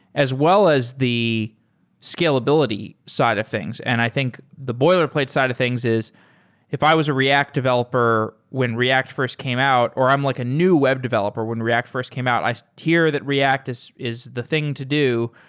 as well as the scalability side of things, and i think the boilerplate side of things is if i was a react developer when react fi rst came out, or i'm like a new web developer when react fi rst came out, i so hear that react is is the thing to do,